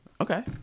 Okay